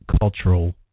cultural